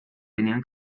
tenían